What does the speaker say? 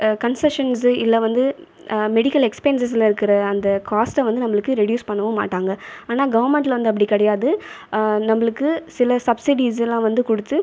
concessions இல்லை வந்து medical எக்ஸ்பென்செஸ்ஸில் இருக்கிற அந்த காஸ்ட்டை வந்து நம்பளுக்கு ரெட்யூஸ் பண்ணவும் மாட்டாங்க ஆனால் கவர்மண்டில் வந்து அப்படி கிடையாது நம்பளுக்கு சில சப்ஸிடிஸ்லாம் வந்து கொடுத்து